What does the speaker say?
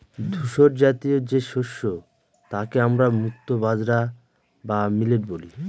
ধূসরজাতীয় যে শস্য তাকে আমরা মুক্তো বাজরা বা মিলেট বলি